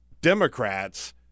Democrats